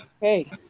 hey